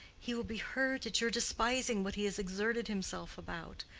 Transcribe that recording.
he will be hurt at your despising what he has exerted himself about.